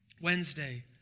Wednesday